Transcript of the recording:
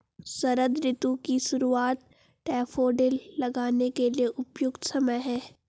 शरद ऋतु की शुरुआत डैफोडिल लगाने के लिए उपयुक्त समय है